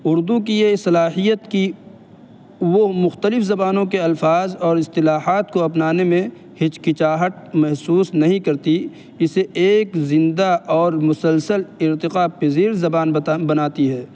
اردو کی یہ صلاحیت کہ وہ مختلف زبانوں کے الفاظ اور اصطلاحات کو اپنانے میں ہچکچاہٹ محسوس نہیں کرتی اسے ایک زندہ اور مسلسل ارتقا پذیر زبان بناتی ہے